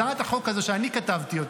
הצעת החוק הזו שאני כתבתי,